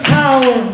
power